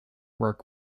work